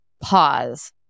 pause